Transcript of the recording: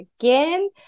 again